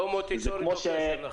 שלמה, תיצור איתו קשר.